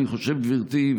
גברתי,